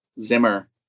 Zimmer